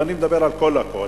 ואני מדבר על כל הקואליציה,